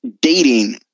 dating